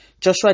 Joshua